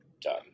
done